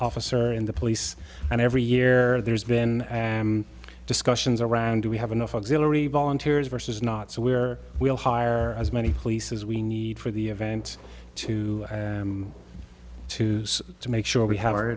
officer in the police and every year there's been discussions around do we have enough auxiliary volunteers versus not so we are we'll hire as many police as we need for the event to to to make sure we have our